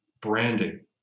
branding